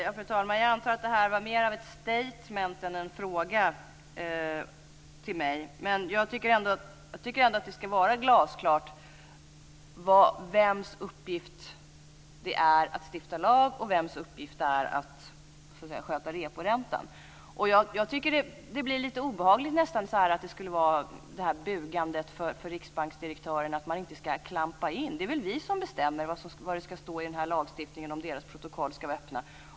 Fru talman! Jag antar att detta var mer av ett statement än en fråga till mig. Jag tycker ändå att det ska vara glasklart vems uppgift det är att stifta lag och vems uppgift det är att sköta reporäntan. Jag tycker nästan att det blir lite obehagligt med det här bugandet för riksbanksdirektören, att man inte ska klampa in osv. Det är väl vi som bestämmer vad det ska stå i lagstiftningen om ifall Riksbankens protokoll ska vara öppna!